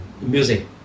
music